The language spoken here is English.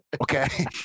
Okay